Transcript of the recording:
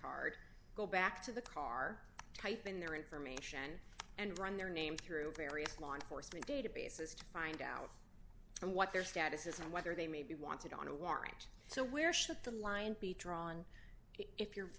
card go back to the car type in their information and run their names through various law enforcement databases to find out what their status is and whether they may be wanted on a warrant so where should the line be drawn if your